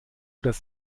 das